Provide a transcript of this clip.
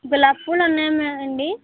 గులాబి పూలు ఉన్నాయా మే అండి